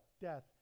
death